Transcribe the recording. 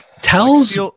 tells